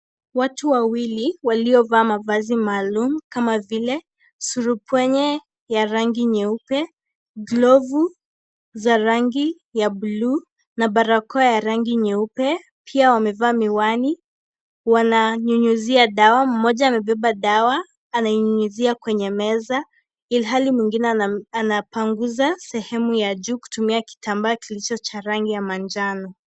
Watu wawili waliovaa mavazi maalum kama vile surubwenye ya rangi nyeupe, glovu za rangi ya buluu na barakoa ya rangi nyeupe. Pia wamevaa miwani. Wananyunyizia dawa, mmoja amebeba dawa, ananyunyizia kwenye meza ilhali mwingine anapanguza sehemu ya juu kutumia kitambaa kilicho cha rangi ya manjano.